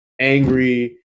angry